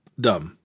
dumb